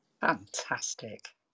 fantastic